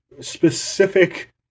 specific